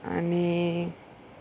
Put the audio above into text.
आनी